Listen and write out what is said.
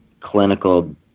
clinical